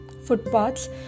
Footpaths